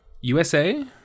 USA